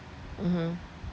mmhmm